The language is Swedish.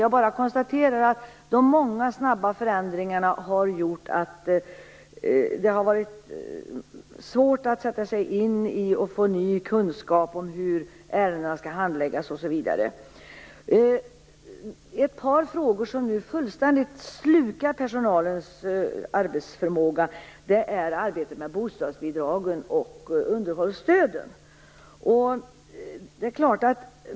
Jag konstaterar bara att de många snabba förändringarna har gjort att det har varit svårt att sätta sig in i och få ny kunskap om hur ärendena skall handläggas osv. Ett par frågor som nu fullständigt slukar personalens arbetsförmåga är arbetet med bostadsbidragen och underhållsstöden.